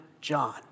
John